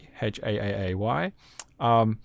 H-A-A-A-Y